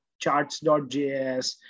charts.js